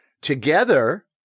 together